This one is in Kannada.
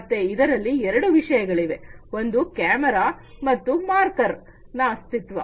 ಮತ್ತೆ ಇದರಲ್ಲಿ ಎರಡು ವಿಷಯಗಳಿವೆ ಒಂದು ಕ್ಯಾಮೆರಾ ಮತ್ತು ಮಾರ್ಕರ್ ನ ಅಸ್ತಿತ್ವ